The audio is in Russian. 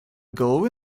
головы